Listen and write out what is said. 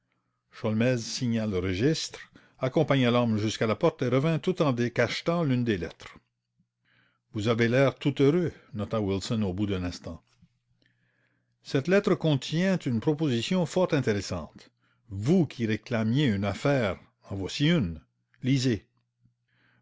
le registre accompagna l'homme jusqu'à la porte et revint tout en décachetant l'une des lettres vous avez l'air tout heureux nota wilson au bout d'un instant cette lettre contient une proposition fort intéressante vous qui réclamiez une affaire en voici une lisez